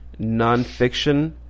nonfiction